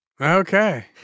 Okay